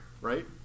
right